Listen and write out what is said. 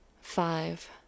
Five